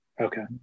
Okay